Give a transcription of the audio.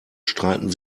streiten